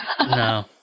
no